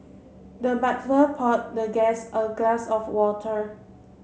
the butler poured the guest a glass of water